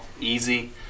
easy